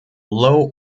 low